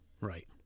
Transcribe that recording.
Right